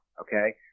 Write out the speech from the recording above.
Okay